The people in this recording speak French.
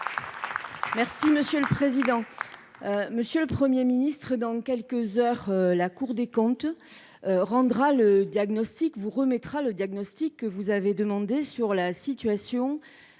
et Républicain. Monsieur le Premier ministre, dans quelques heures, la Cour des comptes vous remettra le diagnostic que vous avez commandé sur la situation